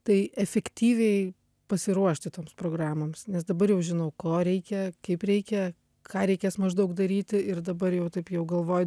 tai efektyviai pasiruošti toms programoms nes dabar jau žinau ko reikia kaip reikia ką reikės maždaug daryti ir dabar jau taip jau galvoj